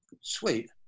sweet